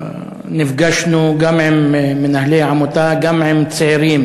נפגשנו גם עם מנהלי העמותה וגם עם צעירים